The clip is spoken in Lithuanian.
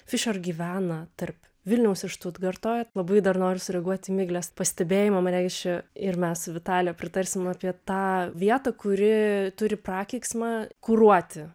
fišer gyvena tarp vilniaus ir štutgarto labai dar noriu sureaguoti į miglės pastebėjimą mane iš čia ir mes su vitalija pritarsim apie tą vietą kuri turi prakeiksmą kuruoti